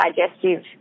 digestive